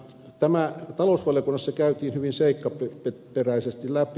tämä talousvaliokunnassa käytiin hyvin seikkaperäisesti läpi